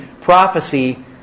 prophecy